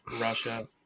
Russia